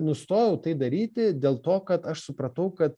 nustojau tai daryti dėl to kad aš supratau kad